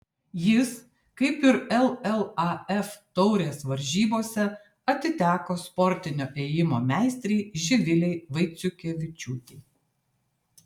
jis kaip ir llaf taurės varžybose atiteko sportinio ėjimo meistrei živilei vaiciukevičiūtei